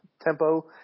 tempo